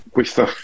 questa